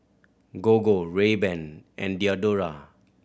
Gogo Rayban and Diadora